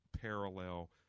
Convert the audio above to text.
parallel